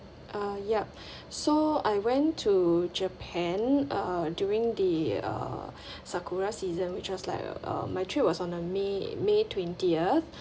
uh yup so I went to japan uh during the uh sakura season which was like a uh my trip was on uh may may twentieth